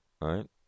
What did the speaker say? right